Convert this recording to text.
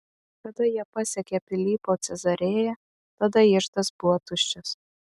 kada jie pasiekė pilypo cezarėją tada iždas buvo tuščias